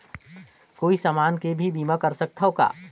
कोई समान के भी बीमा कर सकथव का?